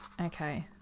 Okay